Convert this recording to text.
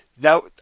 now